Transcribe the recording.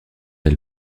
elle